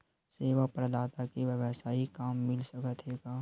सेवा प्रदाता के वेवसायिक काम मिल सकत हे का?